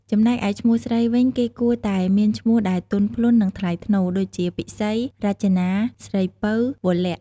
ចំំណែកឯមនុស្សស្រីវិញ គេគួរតែមានឈ្មោះដែលទន់ភ្លន់ និង ថ្លៃថ្នូរ ដូចជា ពិសី រចនា ស្រីពៅ វរល័ក្ខ។